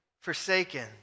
forsaken